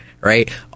right